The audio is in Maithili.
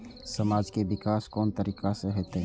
समाज के विकास कोन तरीका से होते?